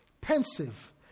pensive